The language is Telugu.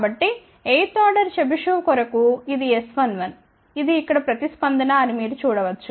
కాబట్టి 8 వ ఆర్డర్ చెబిషెవ్ కొరకు ఇది S11 ఇది ఇక్కడ ప్రతిస్పందన అని మీరు చూడ వచ్చు